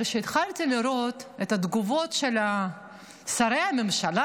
אבל כשהתחלתי לראות את התגובות של שרי הממשלה,